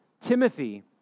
Timothy